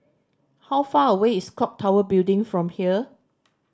how far away is Clock Tower Building from here